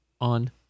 on